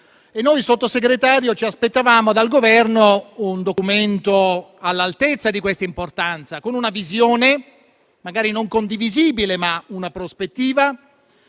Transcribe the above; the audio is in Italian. noi, Sottosegretario, ci aspettavamo dal Governo un documento all'altezza di questa importanza, con una visione magari non condivisibile, ma con una prospettiva,